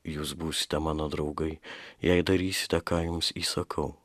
jūs būsite mano draugai jei darysite ką jums įsakau